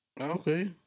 Okay